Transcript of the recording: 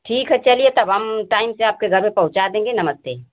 ठीक है चलिए हम तब टाइम से आपके घर पर पहुँचा देंगे नमस्ते